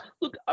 Look